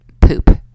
Poop